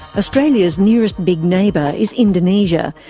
australia's nearest big neighbour is indonesia.